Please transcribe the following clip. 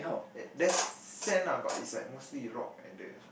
eh there's sand lah but is like mostly rock at the